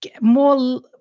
More